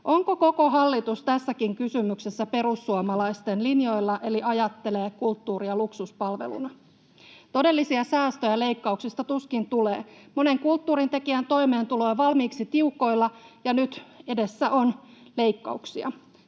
Onko koko hallitus tässäkin kysymyksessä perussuomalaisten linjoilla eli ajattelee kulttuuria luksuspalveluna? Todellisia säästöjä leikkauksesta tuskin tulee. Monen kulttuurintekijän toimeentulo on valmiiksi tiukoilla, ja nyt edessä on leikkauksia.